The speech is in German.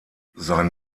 sein